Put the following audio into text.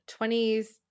20s